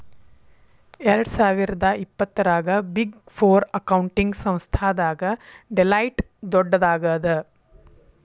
ಎರ್ಡ್ಸಾವಿರ್ದಾ ಇಪ್ಪತ್ತರಾಗ big four accounting ಸಂಸ್ಥಾದಾಗ ಡೆಲಾಯ್ಟ್ ದೊಡ್ಡದಾಗದ